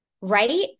right